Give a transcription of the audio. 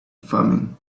thummim